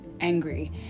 angry